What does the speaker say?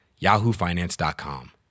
yahoofinance.com